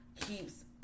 keeps